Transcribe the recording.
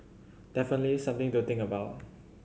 definitely something to think about